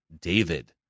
David